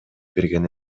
берген